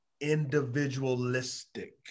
individualistic